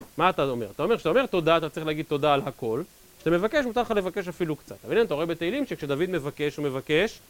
מה אתה אומר? אתה אומר, כשאתה אומר תודה, אתה צריך להגיד תודה על הכול, כשאתה מבקש מותר לך לבקש אפילו קצת. אבל הנה, אתה רואה בתהילים שכשדוד מבקש הוא מבקש